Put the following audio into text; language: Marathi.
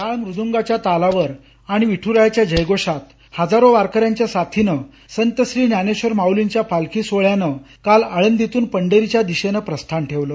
टाळ मृदंगाच्या तालावर आणि विठुरायाच्या जयघोषात हजारो वारकऱ्यांच्या साथीनं संत श्री ज्ञानेश्वर माउलींच्या पालखी सोहळ्यानं काल आळंदीतून पंढरीच्या दिशेनं प्रस्थान ठेवलं